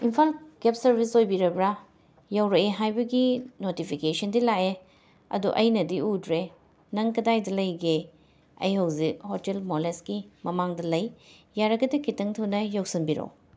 Imphal cab service ꯑꯣꯏꯕꯤꯔꯕ꯭ꯔꯥ ꯌꯧꯔꯛꯑꯦ ꯍꯥꯏꯕꯒꯤ ꯅꯣꯇꯤꯐꯤꯀꯦꯁꯟꯗꯤ ꯂꯥꯛꯑꯦ ꯑꯗꯣ ꯑꯩꯅꯗꯤ ꯎꯗ꯭ꯔꯦ ꯅꯪ ꯀꯗꯥꯏꯗ ꯂꯩꯒꯦ ꯑꯩ ꯍꯧꯖꯤꯛ ꯍꯣꯇꯦꯜ ꯃꯣꯂꯦꯁꯀꯤ ꯃꯃꯥꯡꯗ ꯂꯩ ꯌꯥꯔꯒꯗꯤ ꯈꯤꯇꯪ ꯊꯨꯅ ꯌꯧꯁꯤꯟꯕꯤꯔꯛꯑꯣ